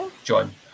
John